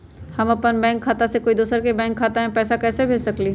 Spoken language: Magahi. हम अपन बैंक खाता से कोई दोसर के बैंक खाता में पैसा कैसे भेज सकली ह?